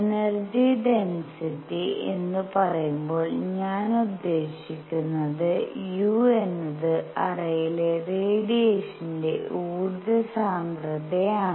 energy density എന്ന് പറയുമ്പോൾ ഞാൻ ഉദ്ദേശിക്കുന്നത് u എന്നത് അറയിലെ റേഡിയേഷന്റെ ഊർജ്ജ സാന്ദ്രതയാണ്